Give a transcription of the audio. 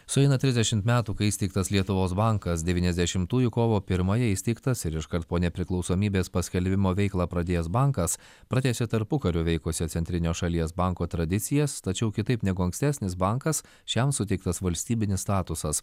sueina trisdešim metų kai įsteigtas lietuvos bankas devyniasdešimtųjų kovo pirmąją įsteigtas ir iškart po nepriklausomybės paskelbimo veiklą pradėjęs bankas pratęsė tarpukariu veikusio centrinio šalies banko tradicijas tačiau kitaip negu ankstesnis bankas šiam suteiktas valstybinis statusas